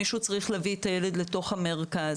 מישהו צריך להביא את הילד לתוך המרכז,